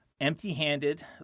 empty-handed